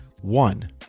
One